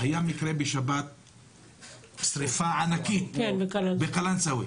היה מקרה של שריפה ענקית בשבת בקלנסואה.